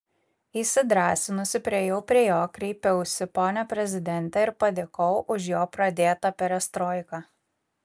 įsidrąsinusi priėjau prie jo kreipiausi pone prezidente ir padėkojau už jo pradėtą perestroiką